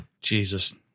Jesus